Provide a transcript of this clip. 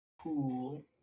Cool